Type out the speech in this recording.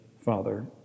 Father